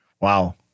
Wow